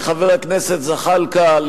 כחבר הכנסת זחאלקה,